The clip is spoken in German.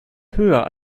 höher